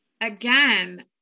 again